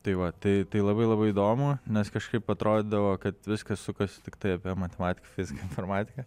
tai va tai tai labai labai įdomu nes kažkaip atrodydavo kad viskas sukasi tiktai apie matematiką fiziką informatiką